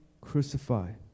crucified